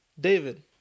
David